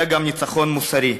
אלא גם ניצחון מוסרי,